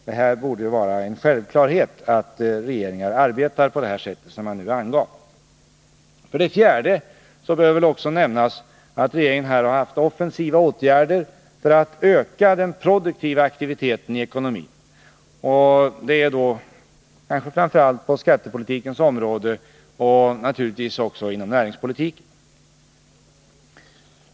Det borde vara en självklarhet att regeringen arbetar på det sätt som jag nu angav. För det fjärde bör också nämnas att regeringen har föreslagit offensiva åtgärder för att öka den produktiva aktiviteten i ekonomin, framför allt på skattepolitikens område och naturligtvis inom näringspolitiken.